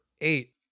eight